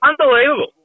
Unbelievable